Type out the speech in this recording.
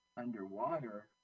Underwater